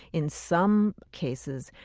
in some cases,